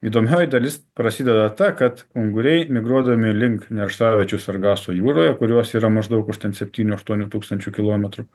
įdomioji dalis prasideda ta kad unguriai migruodami link nerštaviečių sargaso jūroje kurios yra maždaug už ten septynių aštuonių tūkstančių kilometrų